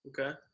Okay